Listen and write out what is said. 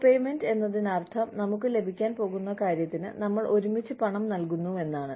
copayment എന്നതിനർത്ഥം നമുക്ക് ലഭിക്കാൻ പോകുന്ന കാര്യത്തിന് നമ്മൾ ഒരുമിച്ച് പണം നൽകുന്നുവെന്നാണ്